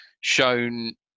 shown